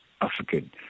African